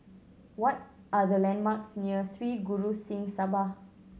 what are the landmarks near Sri Guru Singh Sabha